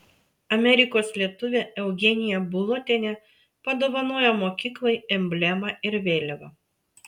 amerikos lietuvė eugenija bulotienė padovanojo mokyklai emblemą ir vėliavą